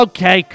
Okay